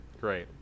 Great